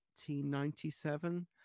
1897